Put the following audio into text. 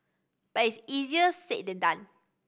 but it is easier said than done